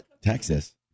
Texas